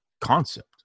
concept